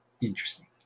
interesting